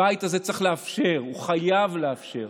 הבית הזה צריך לאפשר, חייב לאפשר,